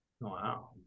wow